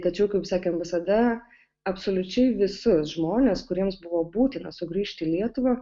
tačiau kaip sakėm visada absoliučiai visus žmones kuriems buvo būtina sugrįžti į lietuvą